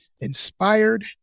inspired